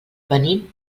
venim